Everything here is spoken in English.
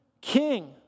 king